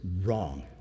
wrong